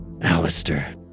Alistair